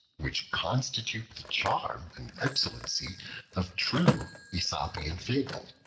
which constitute the charm and excellency of true aesopian fable.